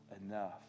enough